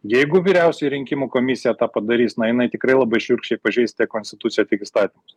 jeigu vyriausioji rinkimų komisija tą padarys na jinai tikrai labai šiurkščiai pažeis tiek konstituciją tiek įstatymus